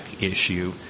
issue